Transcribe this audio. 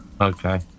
Okay